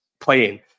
playing